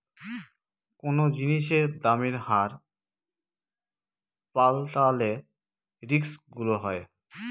কোনো জিনিসের দামের হার পাল্টালে রিস্ক গুলো হয়